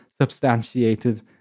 substantiated